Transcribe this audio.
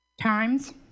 Times